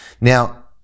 Now